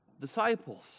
Disciples